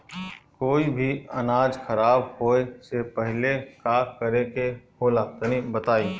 कोई भी अनाज खराब होए से पहले का करेके होला तनी बताई?